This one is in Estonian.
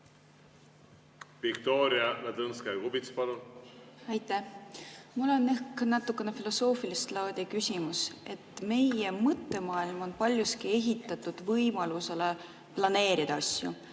Viktoria Ladõnskaja-Kubits, palun! Aitäh! Mul on ehk natuke filosoofilist laadi küsimus. Meie mõttemaailm on paljuski ehitatud võimalusele planeerida asju.